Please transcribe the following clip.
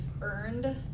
earned